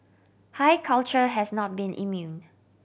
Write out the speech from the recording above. high culture has not been immune